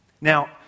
Now